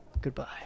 Goodbye